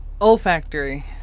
Olfactory